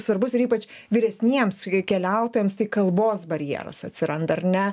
svarbus ir ypač vyresniems keliautojams tai kalbos barjeras atsiranda ar ne